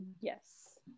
yes